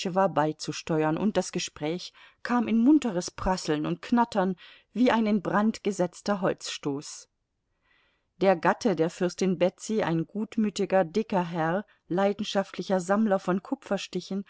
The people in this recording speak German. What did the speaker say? beizusteuern und das gespräch kam in munteres prasseln und knattern wie ein in brand gesetzter holzstoß der gatte der fürstin betsy ein gutmütiger dicker herr leidenschaftlicher sammler von kupferstichen